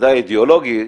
בוודאי אידיאולוגי,